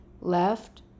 left